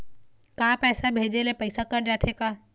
का पैसा भेजे ले पैसा कट जाथे का?